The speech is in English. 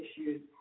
issues